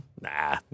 Nah